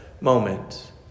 moment